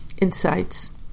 insights